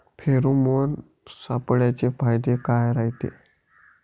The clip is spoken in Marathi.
फेरोमोन सापळ्याचे फायदे काय रायते?